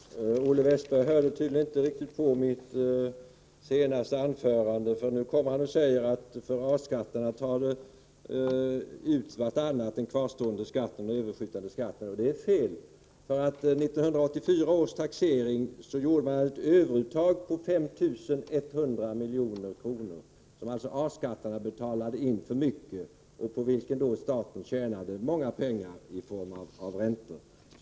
Herr talman! Olle Westberg hörde tydligen inte riktigt på mitt senaste anförande. Nu säger han att den kvarstående skatten och den överskjutande skatten tar ut varandra för A-skattarna. Det är fel. Enligt 1984 års taxering gjordes ett överuttag på 5 100 milj.kr. — som alltså A-skattarna betalade in för mycket och på vilket staten tjänade mycket pengar i form av räntor.